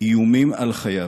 איומים על חייו.